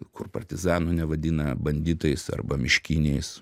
kur partizanų nevadina banditais arba miškiniais